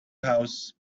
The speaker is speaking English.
house